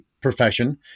profession